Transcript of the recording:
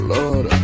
Lord